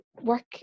work